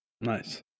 Nice